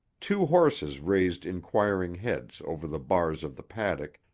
two horses raised inquiring heads over the bars of the paddock,